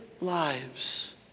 lives